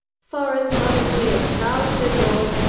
foreign policy of charles de gaulle